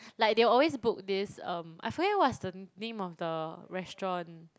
like they always book this um I forget what's the name of the restaurant